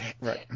Right